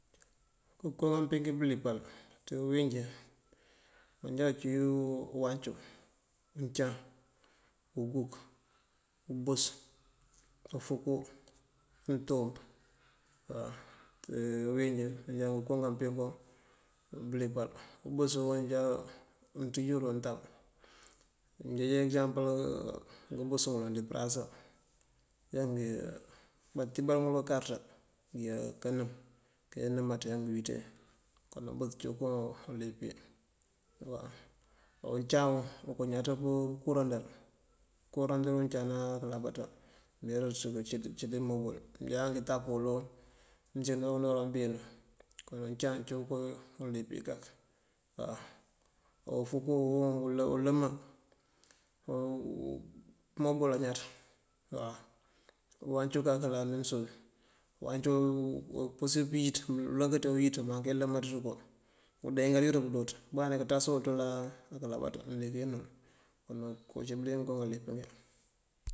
Ngëko ngáaampengi bëlimpal ţí uwinijí, mëënjá ací uwácú, uncaŋ, uguk, úbus, úfuuku untump ţí winjí, maanja ngënkoongan peengun bëlipal. Úbus uwuwun ajá mëëţijëwul di untamb. Mëënjeej ekëdam pël ngëmbusëngun díparasá já báatíbar uwël káakarëtá ngëya kanëëm, keenëëmáţí tee ngëwiţee. Kon ubus ací koo wulimpëwí. o wuncaŋ okoo ñáaţ pëënkúrankëë rúráandaŋ uncaŋ akëëlábáţá. Meeraţ këëcikëkëcí pëëmowël mëënjáak tápëwulu mëëncinţí káanoran beenú uwala uncaŋ ciwun koowú liipwi kak. awú ufúungú ulëma pëëmob uwul añát wawu uwacú kak lamem soos. Uwácu upurësí pëwiţ ulëënkëţ uwiţ uumaŋ keelëmár ţëloŋ undengala dúut këëmband keetásëwul ţëëla këëlanaţá mëndiŋ uwinë uwul. Koncë bëlengá ngoka líp.